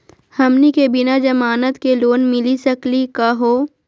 हमनी के बिना जमानत के लोन मिली सकली क हो?